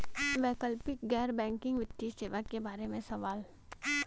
वैकल्पिक गैर बैकिंग वित्तीय सेवा के बार में सवाल?